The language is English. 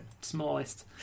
smallest